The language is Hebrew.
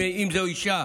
אם זו אישה,